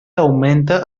augmenta